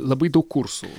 labai daug kursų